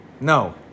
No